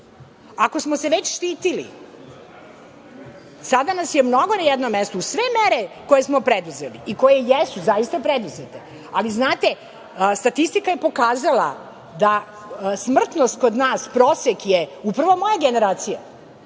Ako smo se već štitili, sada nas je mnogo na jednom mestu. Uz sve mere koje smo preduzeli i koje jesu zaista preduzete, ali, znate, statistika je pokazala da smrtnost kod nas prosek je upravo moja generacija,